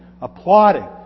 applauding